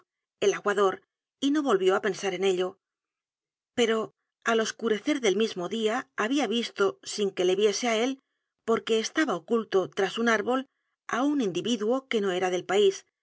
el aguador y no volvió á pensar en ello pero al oscurecer del mismo dia habia visto sin que le viese áél porque estaba oculto tras un árbol á un individuo que no era del pais